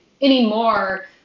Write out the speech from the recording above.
anymore